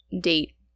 date